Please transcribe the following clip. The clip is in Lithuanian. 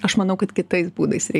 aš manau kad kitais būdais reik